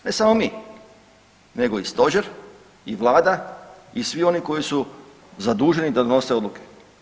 Ne samo mi nego i stožer i vlada i svi oni koji su zaduženi da donose odluke.